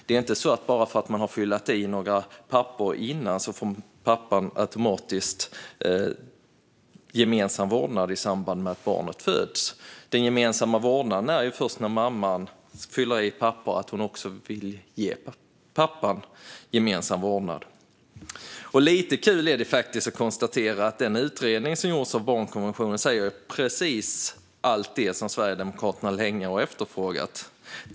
Det är inte så att pappan, bara för att han har fyllt i några papper innan, automatiskt får gemensam vårdnad i samband med att barnet föds. Gemensam vårdnad blir det först när mamman fyller i papper om att hon vill ge pappan gemensam vårdnad. Lite kul är det att konstatera att den utredning som gjorts om barnkonventionen säger precis allt som Sverigedemokraterna länge har efterfrågat.